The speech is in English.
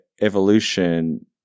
evolution